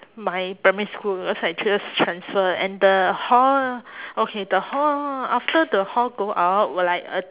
my primary school cause I just transfer and the hall okay the hall after the hall go out w~ like a